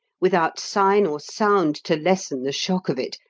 without sign or sound to lessen the shock of it,